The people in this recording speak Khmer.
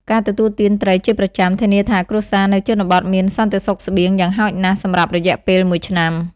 ការទទួលទានត្រីជាប្រចាំធានាថាគ្រួសារនៅជនបទមាន សន្តិសុខស្បៀង យ៉ាងហោចណាស់សម្រាប់រយៈពេលមួយឆ្នាំ។